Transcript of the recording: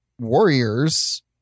warriors